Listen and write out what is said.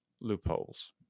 loopholes